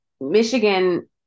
Michigan